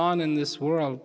on in this world